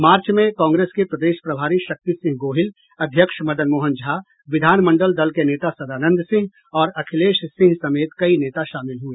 मार्च में कांग्रेस के प्रदेश प्रभारी शक्ति सिंह गोहिल अध्यक्ष मदन मोहन झा विधानमंडल दल के नेता सदानंद सिंह और अखिलेश सिंह समेत कई नेता शामिल हुए